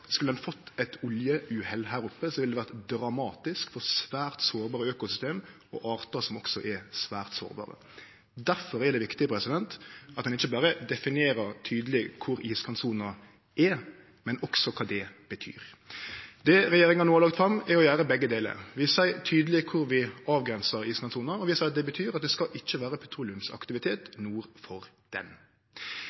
Skulle ein ha fått eit oljeuhell her oppe, ville det vore dramatisk for svært sårbare økosystem og artar som også er svært sårbare. Difor er det viktig at ein ikkje berre definerer tydeleg kvar iskantsona er, men også kva det betyr. Det regjeringa no har lagt fram, er å gjere begge delar. Vi seier tydeleg kvar vi avgrensar iskantsona, og vi seier at det betyr at det ikkje skal vere petroleumsaktivitet